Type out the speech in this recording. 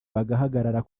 bahagarara